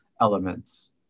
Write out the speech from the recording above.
elements